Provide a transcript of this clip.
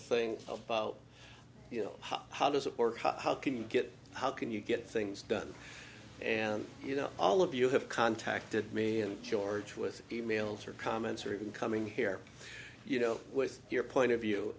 thing about you know how does it work how can you get how can you get things done and you know all of you have contacted me and george with e mails or comments or even coming here you know with your point of view